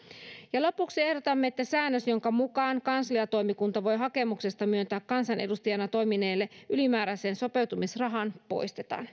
lopuksi ehdotamme että säännös jonka mukaan kansliatoimikunta voi hakemuksesta myöntää kansanedustajana toimineelle ylimääräisen sopeutumisrahan poistetaan